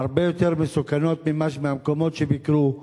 הרבה יותר מסוכנת מהמקומות שביקרו,